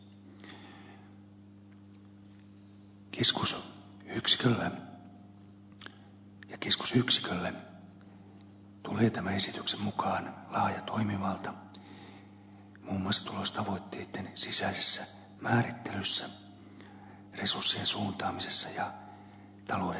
keskusyksikölle tulee tämän esityksen mukaan laaja toimivalta muun muassa tulostavoitteitten sisäisessä määrittelyssä resurssien suuntaamisessa ja taloudenhoidossa